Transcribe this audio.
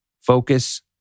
Focus